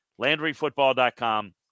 LandryFootball.com